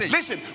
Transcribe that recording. Listen